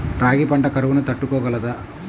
రాగి పంట కరువును తట్టుకోగలదా?